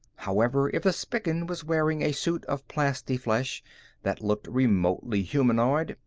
however, if the spican was wearing a suit of plastiflesh that looked remotely humanoid,